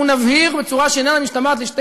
אנחנו נבהיר בצורה שאיננה משתמעת לשתי